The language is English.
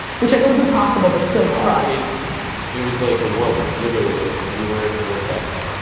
which i know isn't possible but still try. it it was like a whirlwind, literally. like you were in a vortex.